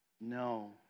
No